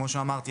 כמו שאמרתי,